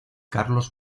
carlos